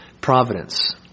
providence